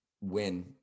win